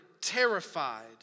terrified